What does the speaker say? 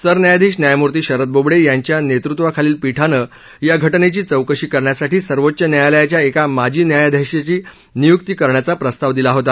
सरन्यायाधीश न्यायमूर्ती शरद बोबडे यांच्या नेतृत्वाखालील पीठानं या घटनेची चौकशी करण्यासाठी सर्वोच्च न्यायालयाच्या एका माजी न्यायाधीशाची निय्क्ती करण्याचा प्रस्ताव दिला होता